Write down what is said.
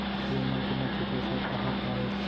सुअर मन के मुख्य पोसक आहार का हे?